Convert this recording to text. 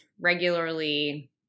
regularly